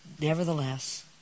nevertheless